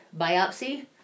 biopsy